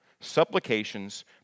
Supplications